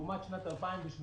לעומת שנת 2018,